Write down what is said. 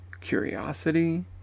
curiosity